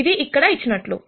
ఇది ఇక్కడ ఇచ్చినట్లు